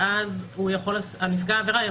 ואז נפגע העבירה,